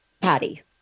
Patty